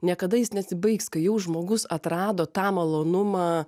niekada jis nesibaigs kai jau žmogus atrado tą malonumą